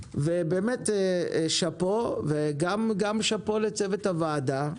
שאפו וגם שאפו לצוות הוועדה,